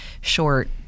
short